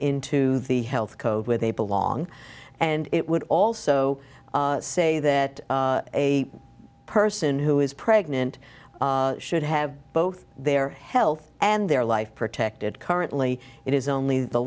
the health code where they belong and it would also say that a person who is pregnant should have both their health and their life protected currently it is only the